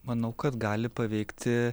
manau kad gali paveikti